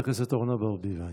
חברת הכנסת אורנה ברביבאי.